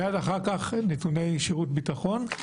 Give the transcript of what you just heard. ומייד אחר כך נתוני שירות הביטחון,